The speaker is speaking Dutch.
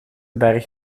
berg